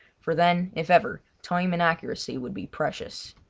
for then, if ever, time and accuracy would be precious.